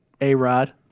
A-Rod